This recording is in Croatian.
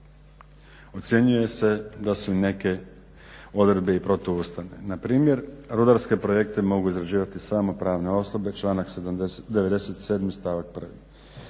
Ocjenjuje se da su i neke odredbe i protu ustavne. Na primjer rudarske projekte mogu izrađivati samo pravne osobe članak 97. stavak 1.